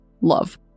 love